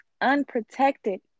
unprotected